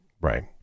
right